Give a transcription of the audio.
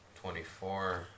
Twenty-four